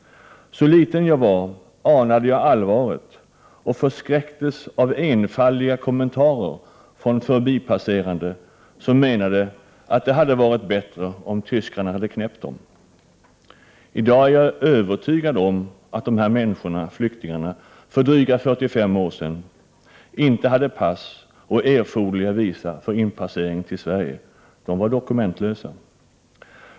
Så liten jag var anade jag allvaret och förskräcktes av enfaldiga kommentarer från förbipasserande som menade att det hade varit bättre om tyskarna hade knäppt dem. I dag är jag övertygad om att dessa människor — flyktingarna för drygt 45 år sedan —inte hade pass och erforderliga visa för inpassering till Sverige. De var dokumentlösa.